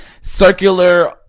circular